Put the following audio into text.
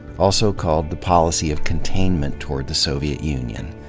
also called the policy of containment toward the soviet union.